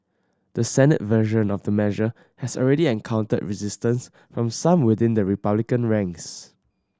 the Senate version of the measure has already encountered resistance from some within the Republican ranks